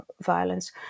violence